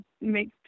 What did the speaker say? make